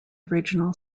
original